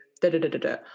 da-da-da-da-da